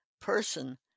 person